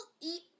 eat